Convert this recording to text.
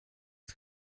des